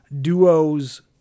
duos